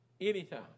Anytime